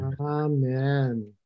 Amen